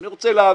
אני רוצה להבין.